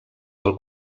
del